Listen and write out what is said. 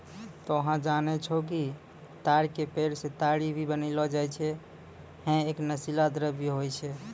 तोहं जानै छौ कि ताड़ के पेड़ सॅ ताड़ी भी बनैलो जाय छै, है एक नशीला द्रव्य होय छै